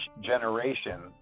generation